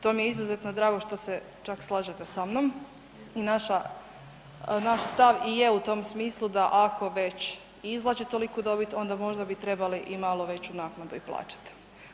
To mi je izuzetno drago što se čak slažete sa mnom i naš stav i je u tom smislu da ako već izvlači toliku dobit onda možda bi trebali i malo veću naknadu plaćati.